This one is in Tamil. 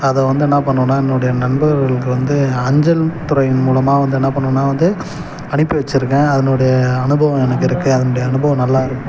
அதை வந்து என்ன பண்ணுவேன்னால் என்னோடைய நண்பர்களுக்கு வந்து அஞ்சல் துறையின் மூலமாக வந்து என்ன பண்ணுவேன்னால் வந்து அனுப்பி வச்சுருக்கேன் அதனுடைய அனுபவம் எனக்கு இருக்குது அதனுடைய அனுபவம் நல்லா இருக்கும்